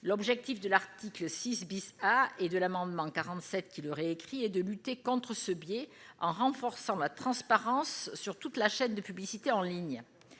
L'objectif de l'article 6 AA et de l'amendement n° 47, qui tend à le réécrire, est de lutter contre ce biais en renforçant la transparence sur toute la chaîne de publicité en ligne.